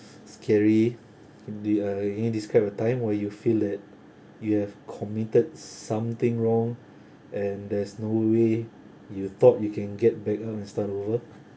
scary in~ the uh can you describe a time where you feel that you have committed something wrong and there's no way you thought you can get back lah and start over